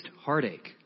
heartache